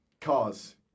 cars